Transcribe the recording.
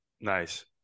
nice